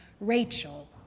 Rachel